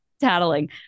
tattling